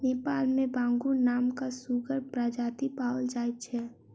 नेपाल मे बांगुर नामक सुगरक प्रजाति पाओल जाइत छै